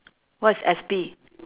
what's S_P